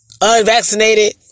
unvaccinated